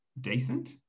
decent